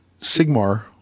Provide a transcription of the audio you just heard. Sigmar